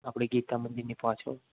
આપડે ગીતા મંદિરની પાછ્ડ